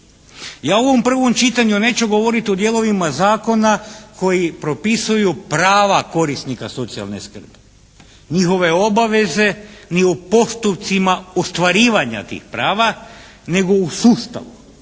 Ja u ovom prvom čitanju neću govoriti o dijelovima zakona koji propisuju prava korisnika socijalne skrbi, njihove obaveze ni u postupcima ostvarivanja tih prava, nego u sustavu.